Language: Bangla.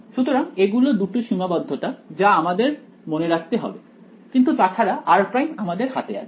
সুতরাং এগুলো দুটি সীমাবদ্ধতা যা আমাদের মনে রাখতে হবে কিন্তু তাছাড়া r' আমাদের হাতে আছে